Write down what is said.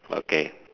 okay